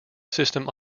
system